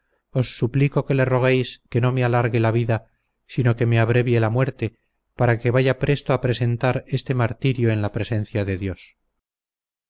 os suplico que le roguéis que no me alargue la vida sino que me abrevie la muerte para que vaya presto a presentar este martirio en la presencia de dios